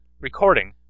Recording